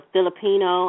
Filipino